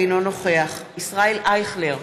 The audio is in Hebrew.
אינו נוכח ישראל אייכלר,